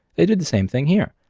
they did the same thing here.